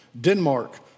Denmark